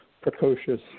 precocious